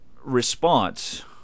response